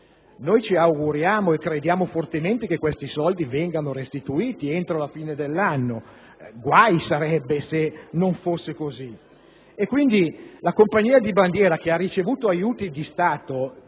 Noi ci auguriamo e crediamo fortemente che questi soldi vengano restituiti entro la fine dell'anno, guai se non fosse così! La compagnia di bandiera (che ha ricevuto aiuti di Stato